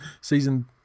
season